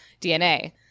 DNA